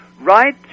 right